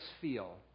feel